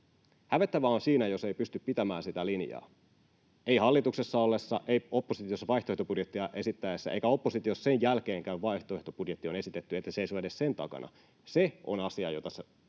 Hävettävää on siinä, jos ei pysty pitämään sitä linjaa, ei hallituksessa ollessa, ei oppositiossa vaihtoehtobudjettia esittäessä eikä oppositiossa sen jälkeenkään, kun vaihtoehtobudjetti on esitetty. Ette seiso edes sen takana. Se on asia, jota sopii